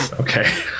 Okay